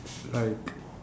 like